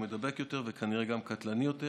הוא מידבק יותר וכנראה גם קטלני יותר,